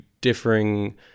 differing